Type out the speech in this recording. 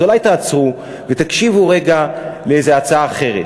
אז אולי תעצרו, ותקשיבו רגע לאיזו הצעה אחרת?